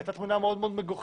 והייתה תמונה מאוד מגוחכת